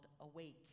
Awake